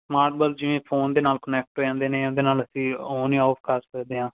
smart bulbs ਜਿਵੇਂ phone ਦੇ ਨਾਲ ਕੁਨੈਕਟ ਹੋ ਜਾਂਦੇ ਨੇ ਉਹਦੇ ਨਾਲ ਅਸੀਂ ਓਨ ਜਾਂ ਓਫ ਕਰ ਸਕਦੇ ਹਾਂ